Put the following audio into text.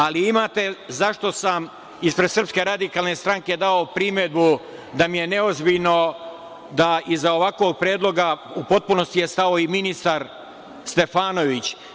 Ali, imate zašto sam ispred SRS dao primedbu da mi je neozbiljno da iza ovakvog predloga u potpunosti je stao i ministar Stefanović.